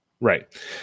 Right